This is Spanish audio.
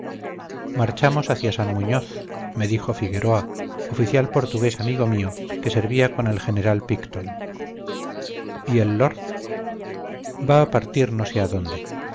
marchamos hacia san muñoz me dijo figueroa oficial portugués amigo mío que servía con el general picton y el lord va a partir no sé a dónde